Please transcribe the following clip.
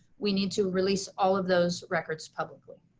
we need to release all of those records publicly.